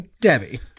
Debbie